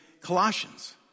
Colossians